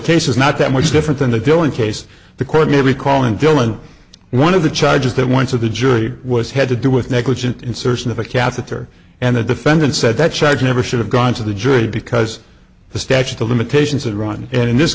case is not that much different than the dealing case the court may recall in dillon one of the charges that went to the jury was had to do with negligent insertion of a catheter and the defendant said that charge never should have gone to the jury because the statute of limitations had run in this